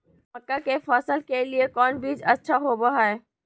मक्का के फसल के लिए कौन बीज अच्छा होबो हाय?